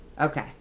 Okay